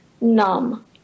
numb